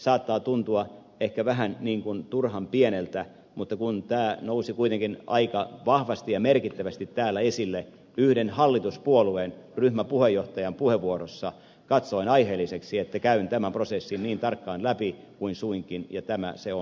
saattaa tuntua ehkä vähän turhan pieneltä mutta kun tämä nousi kuitenkin aika vahvasti ja merkittävästi täällä esille yhden hallituspuolueen ryhmäpuheenjohtajan puheenvuorossa katsoin aiheelliseksi että käyn tämän prosessin niin tarkkaan läpi kuin suinkin ja tämä se on